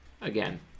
again